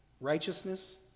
Righteousness